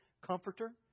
comforter